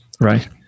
Right